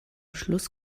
schluss